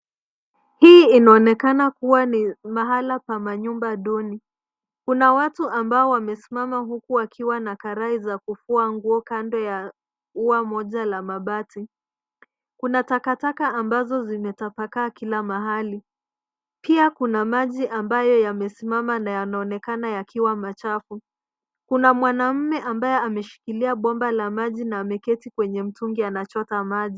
Hii inaonekana kuwa ni mahala pa manyumba duni. Kuna watu ambao wamesimama huku wakiwa na karai za kufua nguo kando ya uwa moja la mabati. Kuna takataka ambazo zimetapakaa kila mahali. Pia kuna maji ambayo yamesimama na yanaonekana yakiwa machafu. Kuna mwanamume ambaye ameshikilia bomba la maji na ameketi kwenye mtungi anachota maji.